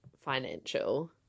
financial